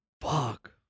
Fuck